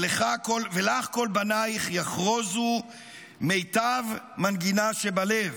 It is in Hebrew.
/ ולך כל בנייך יחרוזו / מיטב מנגינה שבלב",